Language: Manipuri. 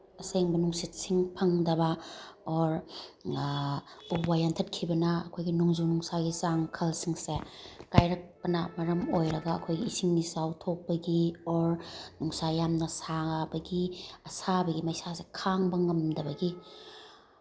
ꯑꯁꯦꯡꯕ ꯅꯨꯡꯁꯤꯠꯁꯤꯡ ꯐꯪꯗꯕ ꯑꯣꯔ ꯎ ꯋꯥ ꯌꯥꯟꯊꯠꯈꯤꯕꯅ ꯑꯩꯈꯣꯏꯒꯤ ꯅꯣꯡꯖꯨ ꯅꯨꯡꯁꯥꯒꯤ ꯆꯥꯡ ꯈꯜꯁꯤꯡꯁꯦ ꯀꯥꯏꯔꯛꯄꯅ ꯃꯔꯝ ꯑꯣꯏꯔꯒ ꯑꯩꯈꯣꯏꯒꯤ ꯏꯁꯤꯡ ꯏꯆꯥꯎ ꯊꯣꯛꯄꯒꯤ ꯑꯣꯔ ꯅꯨꯡꯁꯥ ꯌꯥꯝꯅ ꯁꯥꯕꯒꯤ ꯑꯁꯥꯕꯒꯤ ꯃꯩꯁꯥꯁꯦ ꯈꯥꯡꯕ ꯉꯝꯗꯕꯒꯤ